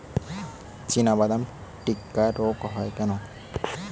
চিনাবাদাম টিক্কা রোগ হয় কেন?